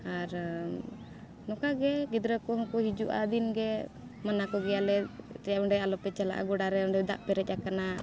ᱟᱨ ᱱᱚᱝᱠᱟ ᱜᱮ ᱜᱤᱫᱽᱨᱟᱹ ᱠᱚᱦᱚᱸ ᱠᱚ ᱦᱤᱡᱩᱜᱼᱟ ᱫᱤᱱ ᱜᱮ ᱢᱟᱱᱟ ᱠᱚᱜᱮᱭᱟᱞᱮ ᱚᱸᱰᱮ ᱟᱞᱚᱯᱮ ᱪᱟᱞᱟᱜᱼᱟ ᱜᱚᱰᱟᱨᱮ ᱚᱸᱰᱮ ᱫᱟᱜ ᱯᱮᱨᱮᱡ ᱟᱠᱟᱱᱟ